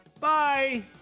Bye